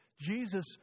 Jesus